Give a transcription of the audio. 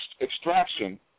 extraction